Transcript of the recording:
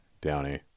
Downey